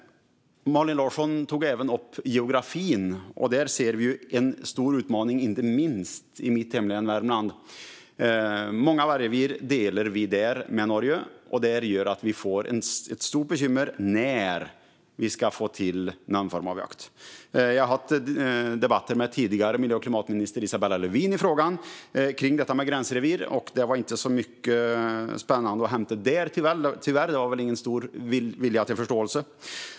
Malin Larsson tog även upp geografin. Där ser vi en stor utmaning, inte minst i mitt hemlän Värmland. Vi delar många vargrevir med Norge. Det gör att vi får ett stort bekymmer när vi ska få till någon form av jakt. Jag har haft debatter med tidigare miljö och klimatminister Isabella Lövin i fråga om detta med gränsrevir. Men det var tyvärr inte så mycket spännande att hämta där. Det var väl ingen stor vilja till förståelse.